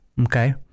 okay